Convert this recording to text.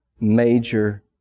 major